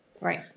Right